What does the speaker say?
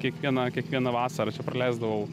kiekvieną kiekvieną vasarą čia praleisdavau